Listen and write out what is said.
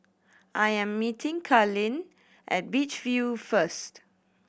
I am meeting Kalyn at Beach View first